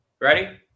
ready